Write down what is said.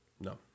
No